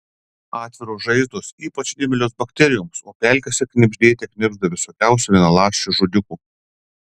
atviros žaizdos ypač imlios bakterijoms o pelkėse knibždėte knibžda visokiausių vienaląsčių žudikų